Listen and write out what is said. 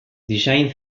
design